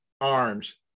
arms